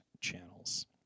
channels